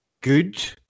good